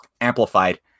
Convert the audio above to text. amplified